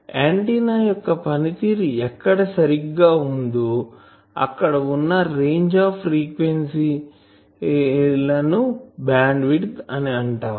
antenna యొక్క పనితీరు ఎక్కడ సరిగ్గా ఉందొ అక్కడ వున్న రేంజ్ ఆఫ్ ఫ్రీక్వెన్సీల ను బ్యాండ్ విడ్త్ అని అంటాము